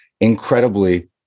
incredibly